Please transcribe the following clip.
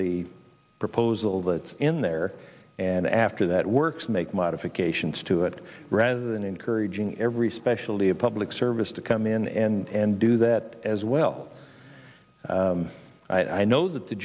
the proposal that's in there and after that works make modifications to it rather than encouraging every specialty of public service to come in and do that as well and i know that the